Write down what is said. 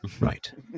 Right